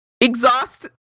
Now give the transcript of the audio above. exhaust